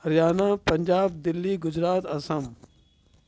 Haryana Punjab Delhi Gujarat Assam